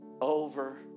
over